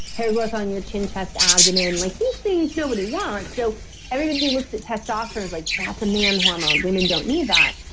hair growth on your chin, chest, abdomen, like these things nobody wants. so everybody who looks at testosterone is like that's a man hormone, women don't need that.